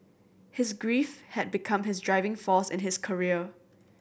his grief had become his driving force in his career